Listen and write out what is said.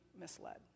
misled